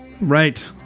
Right